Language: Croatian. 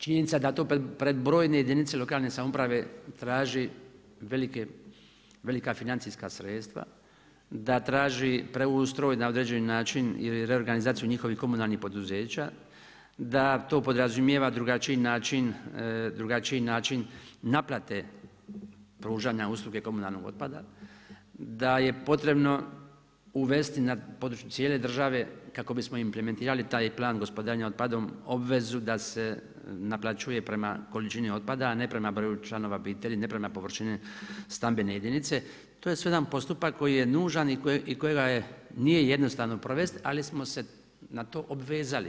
Činjenica da to pred brojne jedinice lokalne samouprave traži velika financijska sredstva, da traži preustroj na određeni način i reorganizaciju njihovih komunalnih poduzeća, da to podrazumijeva drugačiji način naplate pružanja usluge komunalnog otpada, da je potrebno uvesti na području cijele države kako bi smo implementirali taj plan gospodarenja otpadom obvezu da se naplaćuje prema količini otpada a ne prema broju članova obitelji, ne prema površini stambene jedinice, to je sve jedan postupak koji je nužan i kojega nije jednostavno provesti ali smo se na to obvezali.